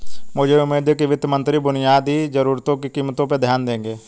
मुझे उम्मीद है कि वित्त मंत्री बुनियादी जरूरतों की कीमतों पर ध्यान देंगे